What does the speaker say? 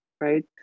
right